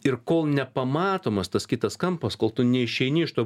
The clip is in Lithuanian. ir kol nepamatomas tas kitas kampas kol tu neišeini iš to